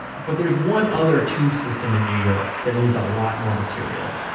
but there's one other tube system in new york that moves a lot more material.